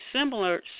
similar